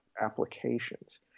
applications